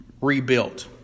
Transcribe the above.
rebuilt